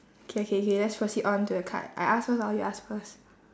okay okay okay let's proceed on to the card I ask first or you ask first